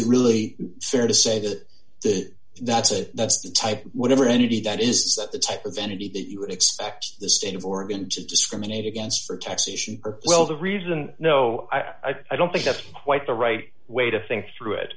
isn't really fair to say that that's a that's the type whatever entity that is the type of vanity that you would expect the state of oregon to discriminate against for taxation well the reason no i don't think that's quite the right way to think through it